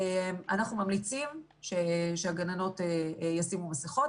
אנחנו ממליצים שהגננות ישימו מסכות.